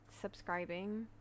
subscribing